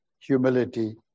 humility